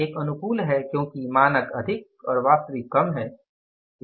यह अनुकूल है क्योंकि मानक अधिक और वास्तविक कम है